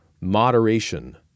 moderation